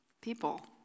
people